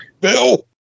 Bill